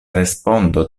respondo